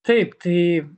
taip tai